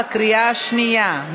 בקריאה שנייה.